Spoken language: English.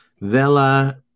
Vela